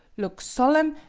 look solemn,